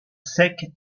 sec